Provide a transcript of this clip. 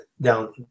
down